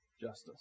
justice